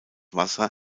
wasser